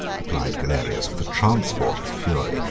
replied galerius, with a transport of fury,